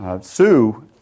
Sue